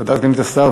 תודה, סגנית השר.